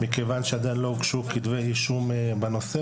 עדיין לא הוגשו כתבי אישום בנושא,